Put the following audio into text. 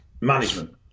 management